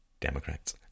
Democrats